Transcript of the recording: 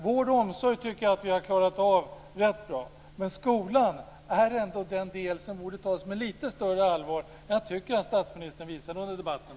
Vård och omsorg tycker jag att vi har klarat av rätt bra, men skolan är den del som borde tas med lite större allvar än vad jag tycker statsministern visade under debatten.